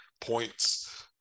points